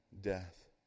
death